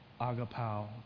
agapow